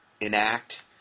enact